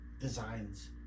designs